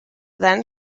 then